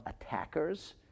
attackers